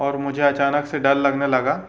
और मुझे अचानक से डर लगने लगा